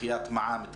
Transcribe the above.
דחיית מע"מ,